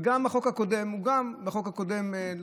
גם בחוק הקודם,